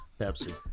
Pepsi